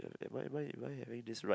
am I am I am I having this right